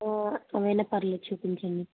అవి అయిన పర్లేదు చూపించండి